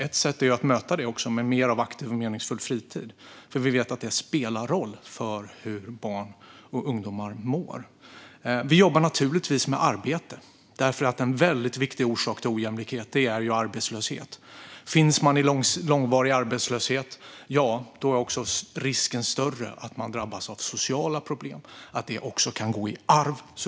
Ett sätt att möta den är genom mer aktiv och meningsfull fritid, för vi vet att det spelar roll för hur barn och ungdomar mår. Vi jobbar naturligtvis med arbete, för en väldigt viktig orsak till ojämlikhet är arbetslöshet. Är man i långvarig arbetslöshet är också risken större att man drabbas av sociala problem och att det också kan gå i arv.